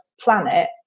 planet